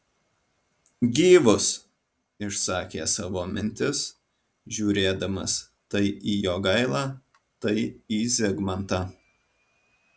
gyvus išsakė savo mintis žiūrėdamas tai į jogailą tai į zigmantą